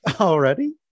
Already